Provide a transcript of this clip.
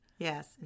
Yes